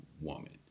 woman